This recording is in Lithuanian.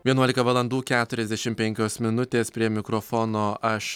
vienuolika valandų keturiasdešimt penkios minutės prie mikrofono aš